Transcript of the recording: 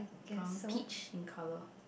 brown peach in colour